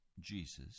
Jesus